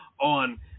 on